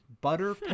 butter